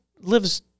lives